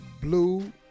Blue